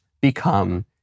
become